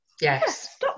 yes